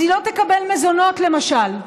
אז היא לא תקבל מזונות, למשל.